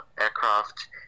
aircraft